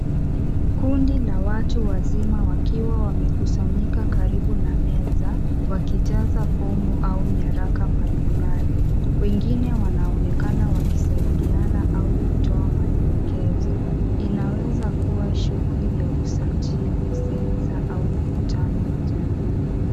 Kundi la watu wazima wakiwa wamekusanyika karibu na meza wakijaza fomu au nyaraka mbalimbali. Wengine wanaonekana wakisaidiana au kutoa maelekezo. Inaweza kuwa shughuli ya usajili sensa au mkutano wa jamii.